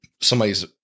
somebody's